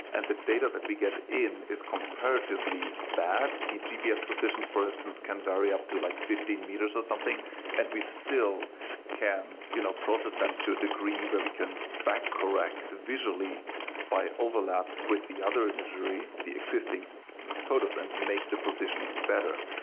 and the data that we get in is comparatively bad. the gps positions, for instance, can vary up to like fifteen meters or something and we still can you know process them to a degree where we can back correct visually by overlap with the other imagery the existing photos and make the positioning better.